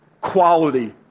quality